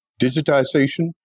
digitization